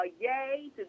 yay